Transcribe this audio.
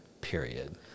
period